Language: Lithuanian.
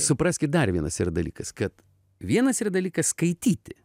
supraskit dar vienas yra dalykas kad vienas yra dalykas skaityti